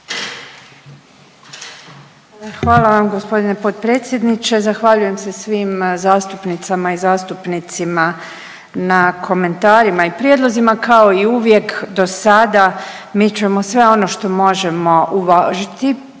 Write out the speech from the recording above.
Hvala vam g. potpredsjedniče. Zahvaljujem se svim zastupnicama i zastupnicima na komentarima i prijedlozima. Kao i uvijek dosada mi ćemo sve ono što možemo uvažiti,